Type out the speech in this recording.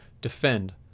defend